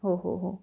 हो हो हो